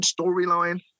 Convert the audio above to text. storyline